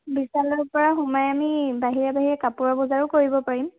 বিশালৰ পৰা সোমাই আমি বাহিৰে বাহিৰে কাপোৰো বজাৰো কৰিব পাৰিম